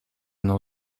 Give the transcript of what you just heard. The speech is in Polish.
mną